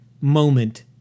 moment